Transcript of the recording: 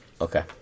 okay